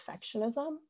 perfectionism